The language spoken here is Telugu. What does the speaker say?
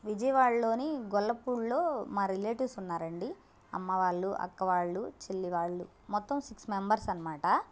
విజయవాడలోని గొల్లపూడిలో మా రిలేటివ్స్ ఉన్నారండి అమ్మ వాళ్ళు అక్క వాళ్ళు చెల్లి వాళ్ళు మొత్తం సిక్స్ మెంబర్స్ అన్నమాట